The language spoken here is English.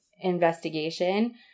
investigation